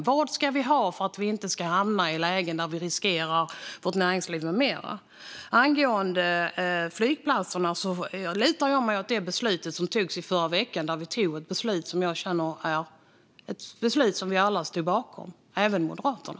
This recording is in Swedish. Vad ska vi ha för att inte hamna i lägen där vi riskerar vårt näringsliv med mera? Angående flygplatserna lutar jag mig mot det beslut som togs i förra veckan, ett beslut som jag känner att vi alla stod bakom, även Moderaterna.